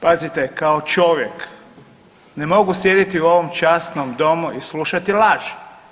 Pazite, kao čovjek ne mogu sjediti u ovom časnom Domu i slušati laži.